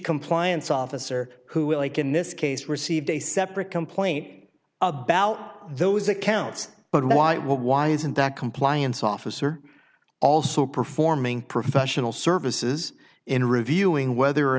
compliance officer who like in this case received a separate complaint about those accounts but why why isn't that compliance officer also performing professional services in reviewing whether or